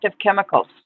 chemicals